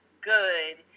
good